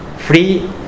free